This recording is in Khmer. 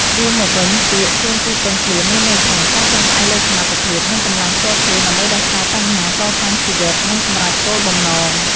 រួមមកវិញ ពាក្យ «ខ្លួនទីពឹងខ្លួន» មានន័យថា ការពឹងផ្អែកលើសមត្ថភាព និងកម្លាំងផ្ទាល់ខ្លួន ដើម្បីដោះស្រាយបញ្ហា កសាងជីវិត និងសម្រេចគោលបំណង។